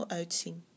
uitzien